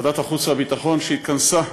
ועדת החוץ והביטחון התכנסה,